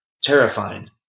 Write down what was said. terrifying